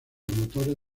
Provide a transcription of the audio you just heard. motores